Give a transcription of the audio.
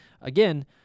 again